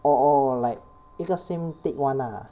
oh oh like 一个 sem take one lah